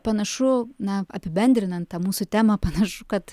panašu na apibendrinant tą mūsų temą panašu kad